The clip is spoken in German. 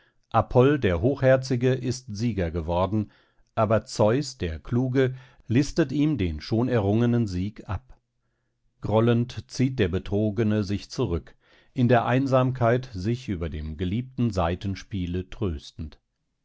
apoll der hochherzige ist sieger geworden aber zeus der kluge listet ihm den schon errungenen sieg ab grollend zieht der betrogene sich zurück in der einsamkeit sich über dem geliebten saitenspiele tröstend